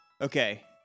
Okay